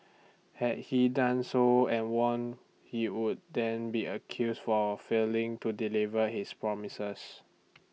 had he done so and won he would then be accused for failing to deliver his promises